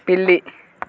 పిల్లి